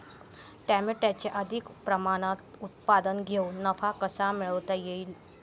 टमाट्याचे अधिक प्रमाणात उत्पादन घेऊन नफा कसा मिळवता येईल?